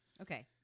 Okay